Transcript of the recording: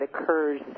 occurs